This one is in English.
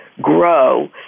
grow